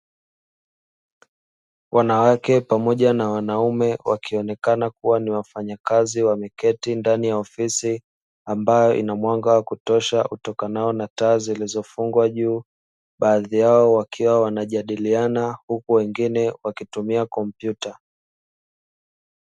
Wanawake pamoja na wanaume, wakionekana kuwa ni wafanyakazi. Wameketi ndani ya ofisi ambayo inamwanga wa kutosha utokanao na taa zilizofungwa juu. Baadhi yao wakiwa wanajadiliana, huku wengine wakitumia kompyuta.